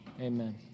amen